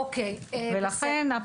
ולכן,